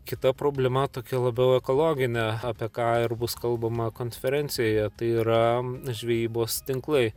kita problema tokia labiau ekologinė apie ką ir bus kalbama konferencijoje tai yra žvejybos tinklai